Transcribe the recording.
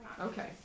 Okay